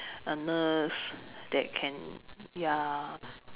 a nurse that can ya